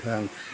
thanks